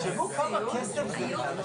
בחוץ.